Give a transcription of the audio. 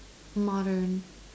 modern